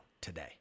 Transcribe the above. today